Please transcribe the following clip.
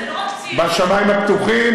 בשמים הפתוחים,